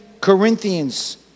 Corinthians